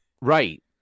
Right